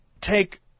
take